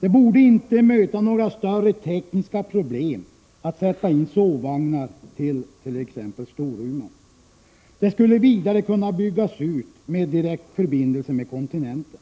Det borde inte möta några större tekniska problem att sätta in sovvagnar till exempelvis Storuman, och en vidare utbyggnad skulle kunna ske genom en direktförbindelse med kontinenten.